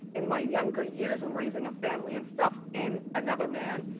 in my younger years in raising a family and stuff, in another man,